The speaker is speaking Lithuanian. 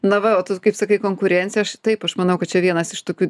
na va o tu kaip sakai konkurencija aš taip aš manau kad čia vienas iš tokių